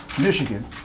Michigan